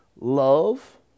Love